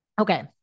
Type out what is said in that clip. Okay